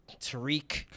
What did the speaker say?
Tariq